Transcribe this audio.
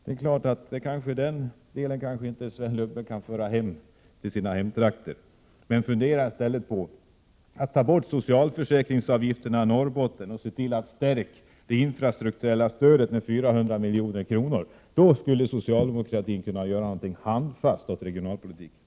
Den delen kan kanske Sven Lundberg inte komma med till sina hemtrakter. Fundera i stället på att ta bort socialförsäkringsavgifterna i Norrbotten och se till att stärka det infrastrukturella stödet med 400 milj.kr. Då skulle socialdemokratin kunna göra någonting handfast åt regionalpolitiken.